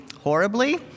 horribly